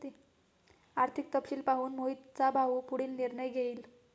आर्थिक तपशील पाहून मोहितचा भाऊ पुढील निर्णय घेईल